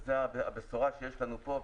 וזו הבשורה שיש לנו פה,